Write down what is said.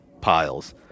piles